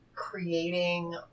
Creating